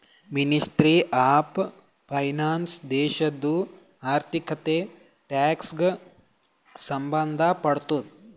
ministry of finance ದೇಶದು ಆರ್ಥಿಕತೆ, tax ಗ ಸಂಭಂದ್ ಪಡ್ತುದ